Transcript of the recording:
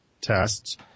tests